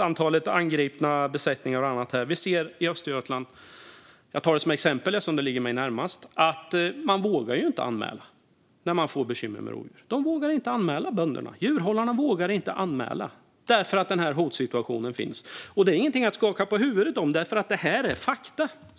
Antalet angripna besättningar och annat nämndes här. Vi ser i Östergötland - jag tar det som exempel eftersom det ligger mig närmast - att man inte vågar anmäla när man får bekymmer med rovdjur. Bönderna vågar inte anmäla. Djurhållarna vågar inte anmäla därför att den här hotsituationen finns. Det är ingenting att skaka på huvudet åt, för det här är fakta.